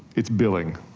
it's billing.